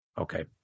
Okay